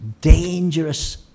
dangerous